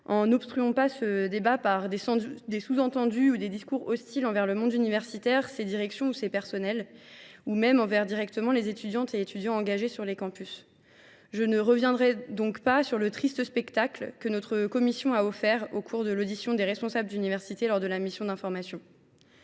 en n’obstruant pas ce débat par des sous entendus ou des discours hostiles envers le monde universitaire, ses directions et son personnel, voire directement à l’encontre des étudiants engagés sur les campus. Je ne reviendrai pas ici sur le triste spectacle que notre commission a offert au cours de l’audition des responsables d’universités dans le cadre des travaux de la mission d’information.